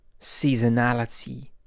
seasonality